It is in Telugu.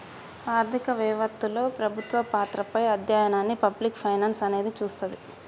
ఆర్థిక వెవత్తలో ప్రభుత్వ పాత్రపై అధ్యయనాన్ని పబ్లిక్ ఫైనాన్స్ అనేది చూస్తది